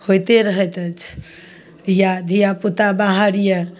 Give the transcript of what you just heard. होइते रहैत अछि या धियापुता बाहर यए